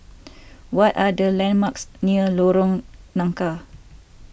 what are the landmarks near Lorong Nangka